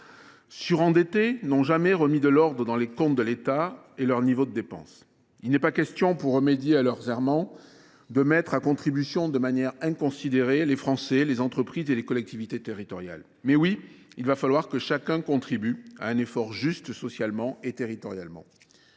surendetté n’ont jamais remis de l’ordre dans les comptes de l’État ni revu son niveau de dépenses. Il n’est pas question, pour remédier à leurs errements, de mettre inconsidérément à contribution les Français, les entreprises et les collectivités territoriales. Pour autant, il faudra que chacun contribue à un effort socialement et territorialement